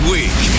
Week